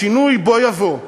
השינוי בוא יבוא,